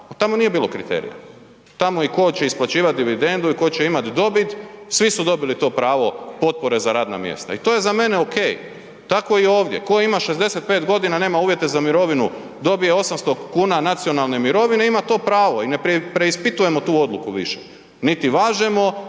tamo nije bilo kriterija, tamo ko će isplaćivati dividendu i ko će imat dobit, svi su dobili to pravo potpore za radna mjesta i to je za mene ok. Tako i ovdje, tko ima 65 godina nema uvjete za mirovinu, dobije 800 kuna nacionalne mirovine, ima to pravo i ne preispitujemo tu odluku više, niti važemo,